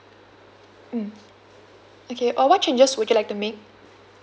um okay uh what changes would you like to make